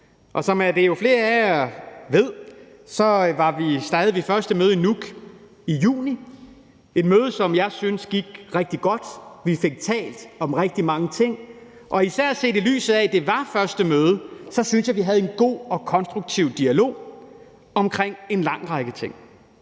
Som flere af jer ved, var vi på det første møde i Nuuk i juni – et møde, som jeg synes gik rigtig godt. Vi fik talt om rigtig mange ting, og især set i lyset af at det var første møde, synes jeg, vi havde en god og konstruktiv dialog omkring en lang række ting.